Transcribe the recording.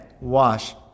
wash